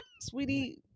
Sweetie